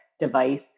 device